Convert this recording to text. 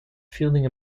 fielding